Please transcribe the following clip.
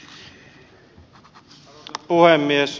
arvoisa puhemies